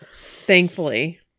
Thankfully